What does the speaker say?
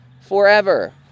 forever